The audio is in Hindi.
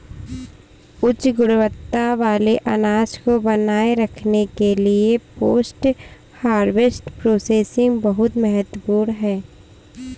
उच्च गुणवत्ता वाले अनाज को बनाए रखने के लिए पोस्ट हार्वेस्ट प्रोसेसिंग बहुत महत्वपूर्ण है